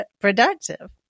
productive